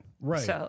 right